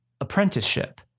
apprenticeship